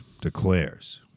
declares